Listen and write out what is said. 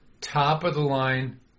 top-of-the-line